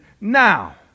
now